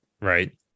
right